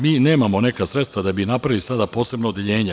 Mi nemamo neka sredstva da bi napravili sada posebno odeljenje.